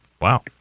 Wow